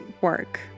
work